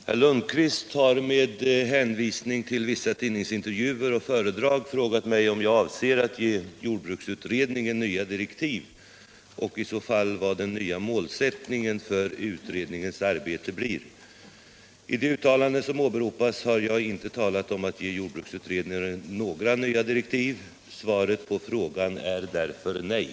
Herr talman! Herr Lundkvist har med hänvisning till vissa tidningsintervjuer och föredrag frågat mig om jag avser att ge jordbruksutredningen nya direktiv och i så fall vad den nya målsättningen för utredningens arbete blir. I de uttalanden som åberopas har jag inte talat om att ge jordbruksutredningen några nya direktiv. Svaret på frågan är därför nej.